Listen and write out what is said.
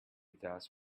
dust